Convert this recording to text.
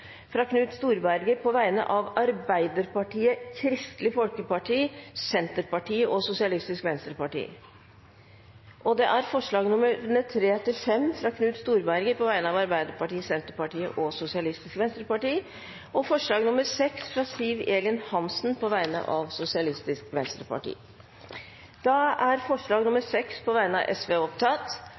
fra Knut Storberget på vegne av Arbeiderpartiet, Kristelig Folkeparti, Senterpartiet og Sosialistisk Venstreparti forslagene nr. 3–5, fra Knut Storberget på vegne av Arbeiderpartiet, Senterpartiet og Sosialistisk Venstreparti forslag nr. 6, fra Siv Elin Hansen på vegne av Sosialistisk Venstreparti Det voteres først over forslag nr. 6. Det lyder: «Stortinget ber regjeringen utrede mulighetene for en økt satsing på